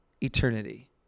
eternity